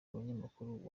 umunyamakuru